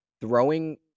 throwing